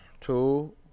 two